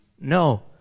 No